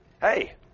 Hey